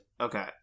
Okay